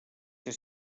ser